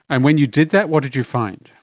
and when you did that, what did you find?